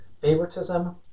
favoritism